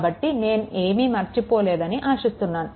కాబట్టి నేను ఏమి మర్చిపోలేదని ఆశిస్తున్నాను